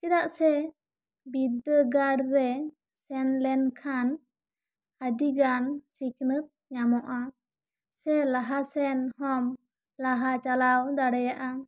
ᱪᱮᱫᱟᱜ ᱥᱮ ᱵᱤᱫᱽᱫᱟᱹᱜᱟᱲ ᱨᱮ ᱥᱮᱱ ᱞᱮᱱᱠᱷᱟᱱ ᱟᱹᱰᱤ ᱜᱟᱱ ᱥᱤᱠᱷᱱᱟᱹᱛ ᱧᱟᱢᱚᱜᱼᱟ ᱥᱮ ᱞᱟᱦᱟ ᱥᱮᱱ ᱦᱟᱢ ᱞᱟᱦᱟ ᱪᱟᱞᱟᱣ ᱫᱟᱲᱮᱭᱟᱜᱼᱟ